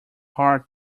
hard